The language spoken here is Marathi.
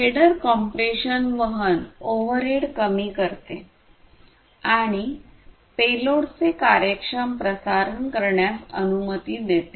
हेडर कम्प्रेशन वहन ओरहेड कमी करते आणि पेलोड चे कार्यक्षम प्रसारण करण्यास अनुमती देते